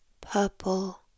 purple